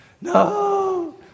no